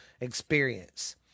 experience